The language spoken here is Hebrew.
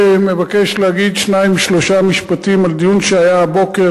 מבקש להגיד שניים-שלושה משפטים על דיון שהיה הבוקר,